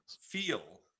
feel